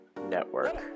Network